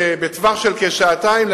בטווח של כשעתיים,